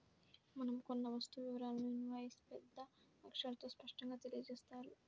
మనం కొన్న వస్తువు వివరాలను ఇన్వాయిస్పై పెద్ద అక్షరాలతో స్పష్టంగా తెలియజేత్తారు